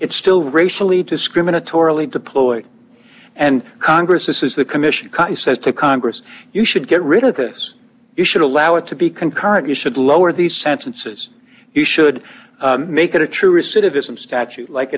it's still racially discriminatorily deploy and congress this is the commission says to congress you should get rid of this you should allow it to be concurrent you should lower these sentences you should make it a true recidivism statute like